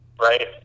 right